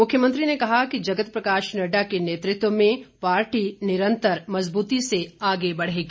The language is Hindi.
मुख्यमंत्री ने कहा कि जगत प्रकाश नड़डा के नेतृत्व में पार्टी निरंतर मजबूती से आगे बढ़ेगी